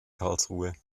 karlsruhe